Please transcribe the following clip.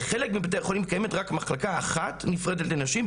בחלק מבתי החולים קיימת רק מחלקה אחת נפרדת לנשים,